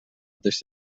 mateix